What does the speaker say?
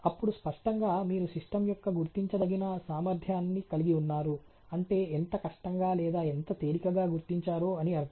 అప్పుడు స్పష్టంగా మీరు సిస్టమ్ యొక్క గుర్తించదగిన సామర్థ్యాన్ని కలిగి ఉన్నారు అంటే ఎంత కష్టంగా లేదా ఎంత తేలికగా గుర్తించారో అని అర్థం